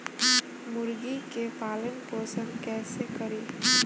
मुर्गी के पालन पोषण कैसे करी?